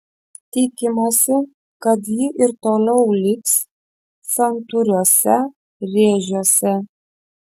tikimasi kad ji ir toliau liks santūriuose rėžiuose